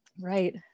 right